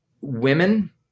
Women